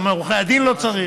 גם את עורכי הדין לא צריך,